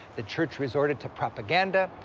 the church resorted to propaganda,